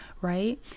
right